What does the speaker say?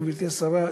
גברתי השרה,